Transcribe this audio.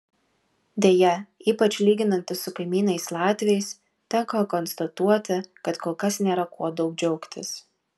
deja ypač lyginantis su kaimynais latviais tenka konstatuoti kad kol kas nėra kuo daug džiaugtis